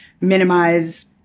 minimize